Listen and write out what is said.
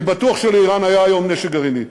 אני בטוח שלאיראן היה היום נשק גרעיני.